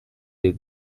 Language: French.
est